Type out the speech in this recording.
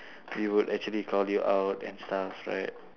we would actually call you out and stuff right